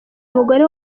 umugore